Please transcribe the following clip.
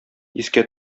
искә